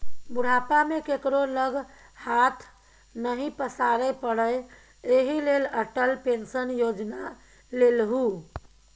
बुढ़ापा मे केकरो लग हाथ नहि पसारै पड़य एहि लेल अटल पेंशन योजना लेलहु